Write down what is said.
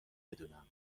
بدونم